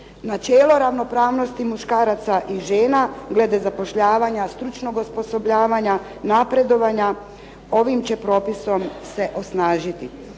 Načelo ravnopravnosti muškaraca i žena glede zapošljavanja, stručnog osposobljavanja, napredovanja ovim će se propisom osnažiti.